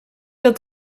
dat